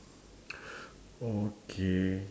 okay